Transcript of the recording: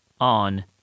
on